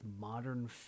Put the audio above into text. modern